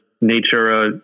nature